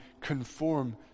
conform